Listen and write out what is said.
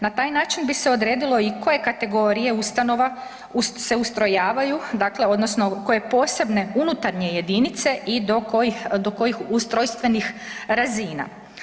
Na taj način bi se odredilo i koje kategorije ustanova se ustrojavaju, dakle odnosno koje posebne unutarnje jedinice i do kojih, do kojih ustrojstvenih razina.